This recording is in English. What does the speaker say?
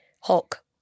Hulk